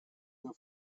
your